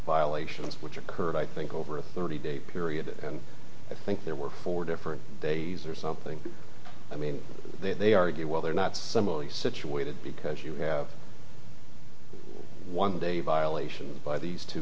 violations which occurred i think over a thirty day period and i think there were four different days or something i mean they argue well they're not similarly situated because you have one day violation of these two